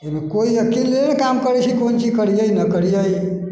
एहिमे कोइ अकिले नहि काम करैत छै कोन चीज करियै नहि करियै